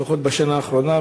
לפחות בשנה האחרונה.